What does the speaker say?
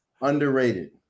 Underrated